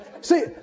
See